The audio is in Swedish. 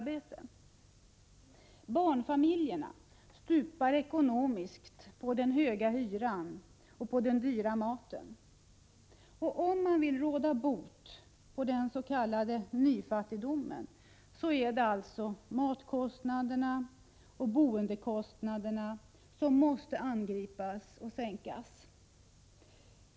Barnfamiljerna stupar ekonomiskt på den höga hyran och den dyra maten. Om man vill råda bot på den s.k. nyfattigdomen, är det alltså matkostnaderna och boendekostnaderna som man måste sänka.